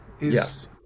Yes